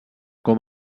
com